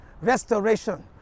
restoration